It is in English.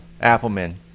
Appleman